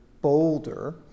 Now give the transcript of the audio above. Boulder